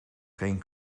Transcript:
geen